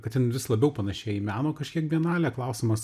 kad jin vis labiau panašėja į meno kažkiek bienalę klausimas